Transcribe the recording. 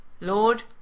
Lord